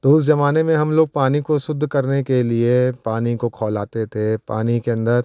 तो उस ज़माने में हम लोग पानी को शुद्ध करने के लिए पानी को खौलाते थे पानी के अंदर